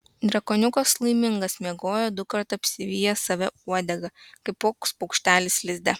drakoniukas laimingas miegojo dukart apsivijęs save uodega kaip koks paukštelis lizde